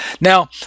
Now